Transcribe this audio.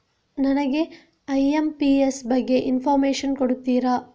ನನಗೆ ಐ.ಎಂ.ಪಿ.ಎಸ್ ಬಗ್ಗೆ ಇನ್ಫೋರ್ಮೇಷನ್ ಕೊಡುತ್ತೀರಾ?